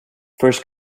first